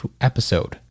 episode